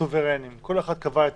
הם היו סוברנים, כל אחד קבע לעצמו.